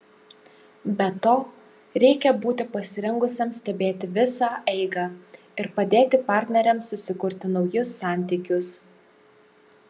be to reikia būti pasirengusiam stebėti visą eigą ir padėti partneriams susikurti naujus santykius